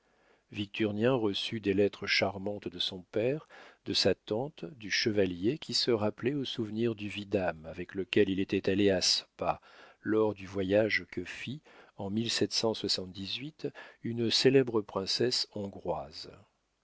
victurnien reçut des lettres charmantes de son père de sa tante du chevalier qui se rappelait au souvenir du vidame avec lequel il était allé à spa lors du voyage que fit en une célèbre princesse hongroise